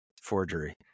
forgery